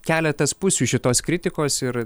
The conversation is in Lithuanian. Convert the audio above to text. keletas pusių šitos kritikos ir